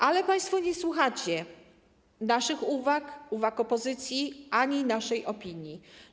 Ale państwo nie słuchacie naszych uwag, uwag opozycji, ani naszej opinii.